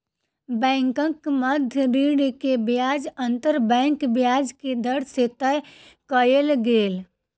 बैंकक मध्य ऋण के ब्याज अंतर बैंक ब्याज के दर से तय कयल गेल